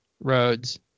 roads